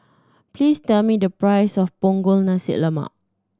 please tell me the price of Punggol Nasi Lemak